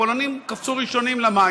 הפולנים קפצו ראשונים למים.